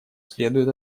следует